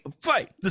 fight